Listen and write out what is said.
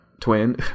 twin